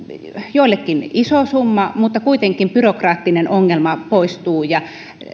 joillekin iso summa mutta kuitenkin byrokraattinen ongelma poistuu tämä